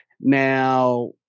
Now